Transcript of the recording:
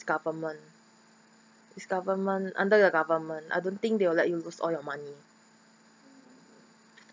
government is government under the government I don't think they will let you lose all your money